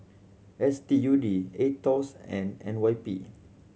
S T U D Aetos and N Y P